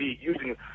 using